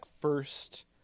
first